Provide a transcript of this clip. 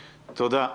תודה.